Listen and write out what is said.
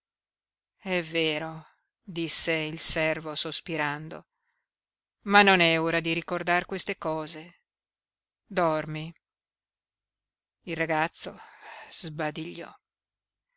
è vero disse il servo sospirando ma non è ora di ricordar queste cose dormi il ragazzo sbadigliò